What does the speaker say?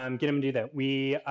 um get them do that. we.